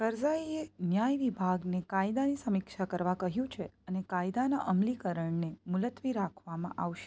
કરઝાઈએ ન્યાય વિભાગને કાયદાની સમીક્ષા કરવા કહ્યું છે અને કાયદાના અમલીકરણને મુલતવી રાખવામાં આવશે